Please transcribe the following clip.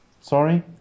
Sorry